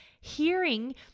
hearing